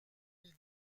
mille